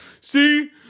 see